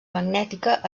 magnètica